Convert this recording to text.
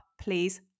Please